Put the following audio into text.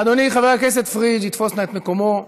אדוני חבר הכנסת פריג' יתפוס נא את מקומו.